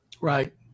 Right